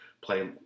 play –